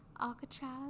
Alcatraz